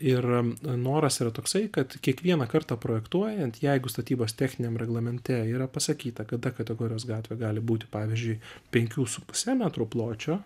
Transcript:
ir noras yra toksai kad kiekvieną kartą projektuojant jeigu statybos techniniam reglamente yra pasakyta kad d kategorijos gatvė gali būti pavyzdžiui penkių su puse metrų pločio